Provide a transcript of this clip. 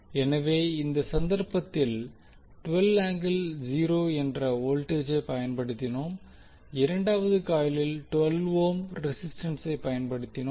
எனவே இந்த சந்தர்ப்பத்தில் என்ற வோல்டேஜை பயன்படுத்தினோம் இரண்டாவது காயிலில் 12 ஓம் ரெசிஸ்டன்ஸை பயன்படுத்தினோம்